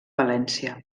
valència